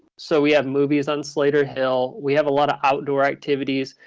so we have movies on slater hill. we have a lot of outdoor activities.